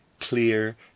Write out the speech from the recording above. clear